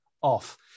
off